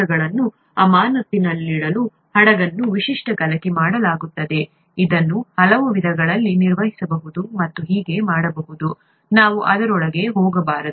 ಕೋಶಗಳನ್ನು ಅಮಾನತ್ತಿನಲ್ಲಿಡಲು ಹಡಗನ್ನು ವಿಶಿಷ್ಟವಾಗಿ ಕಲಕಿ ಮಾಡಲಾಗುತ್ತದೆ ಇದನ್ನು ಹಲವು ವಿಧಗಳಲ್ಲಿ ನಿರ್ವಹಿಸಬಹುದು ಮತ್ತು ಹೀಗೆ ಮಾಡಬಹುದು ನಾವು ಅದರೊಳಗೆ ಹೋಗಬಾರದು